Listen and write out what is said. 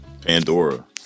Pandora